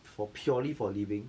for purely for living